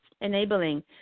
Enabling